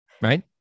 right